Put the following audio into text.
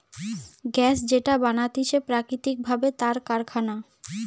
gas যেটা বানাতিছে প্রাকৃতিক ভাবে তার কারখানা